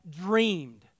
dreamed